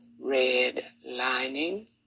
redlining